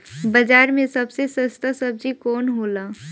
बाजार मे सबसे सस्ता सबजी कौन होला?